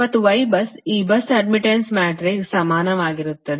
ಮತ್ತು Ybus ಆ bus admittance matrix ಸಮಾನವಾಗಿರುತ್ತದೆ